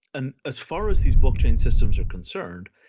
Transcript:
and as far as these blockchain systems are concerned,